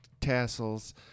tassels